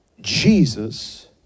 Jesus